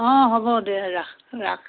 অঁ হ'ব দে ৰাখ ৰাখ